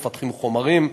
מפתחים חומרים,